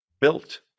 built